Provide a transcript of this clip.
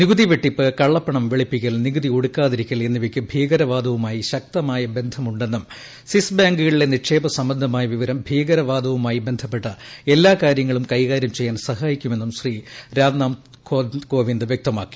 നികുതി വെട്ടിപ്പ് കള്ളപ്പണം വെളുപ്പിക്കൽ നികുതി ഒടുക്കാതിരിക്കൽ എന്നിവയ്ക്ക് ഭീകരവാദവുമായി ശക്തമായ ബന്ധമുണ്ടെന്നും സ്വിസ് ബാങ്കുകളിലെ നിക്ഷേപ സംബന്ധമായ വിവരം ഭീകരവാദവുമായി ബന്ധപ്പെട്ട എല്ലാ കാര്യങ്ങളും കൈകാര്യം ചെയ്യാൻ സഹായിക്കുമെന്നും ശ്രീ രാംനാഥ് കോവിന്ദ് വൃക്തമാക്കി